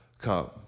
come